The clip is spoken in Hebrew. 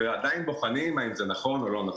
ועדיין בוחנים אם זה נכון או לא נכון.